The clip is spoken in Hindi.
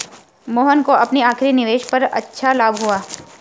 मोहन को अपनी आखिरी निवेश पर अच्छा लाभ हुआ